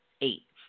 eight